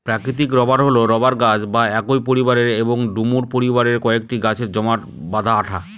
প্রাকৃতিক রবার হল রবার গাছ বা একই পরিবারের এবং ডুমুর পরিবারের কয়েকটি গাছের জমাট বাঁধা আঠা